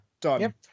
done